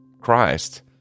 Christ